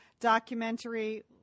documentary